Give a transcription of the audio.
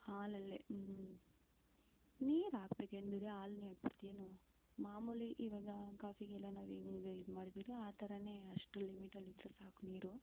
ಹಾಲಲ್ಲೇ ಹ್ಞೂ ನೀರಾಕ್ಬೇಕು ಏನು ಬರೀ ಹಾಲಲ್ಲೇ ಹಾಕಿಬಿಡ್ತೀಯೇನು ಮಾಮೂಲಿ ಇವಾಗ ಕಾಫಿಗೆಲ್ಲ ನಾವು ಹೆಂಗೆ ಇದು ಮಾಡ್ತೀವೋ ಆ ಥರವೇ ಅಷ್ಟು ಲಿಮಿಟಲ್ಲಿದ್ರೆ ಸಾಕು ನೀರು